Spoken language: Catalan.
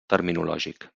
terminològic